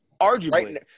Arguably